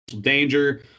danger